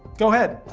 go ahead.